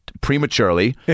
prematurely